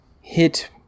hit